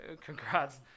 congrats